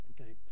Okay